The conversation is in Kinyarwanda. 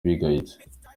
bigayitse